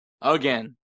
again